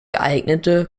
geeignete